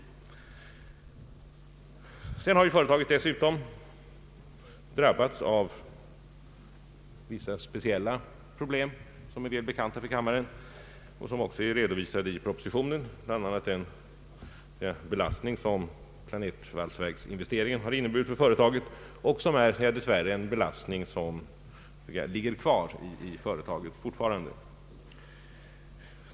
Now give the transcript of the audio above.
Sedan har företaget dessutom drabbats av vissa speciella problem, som är väl bekanta för kammaren och som också är redovisade i propositionen, bl.a. den belastning som planetvalsverksinvesteringen har inneburit för företaget, en belastning som dess värre fortfarande ligger kvar i företaget.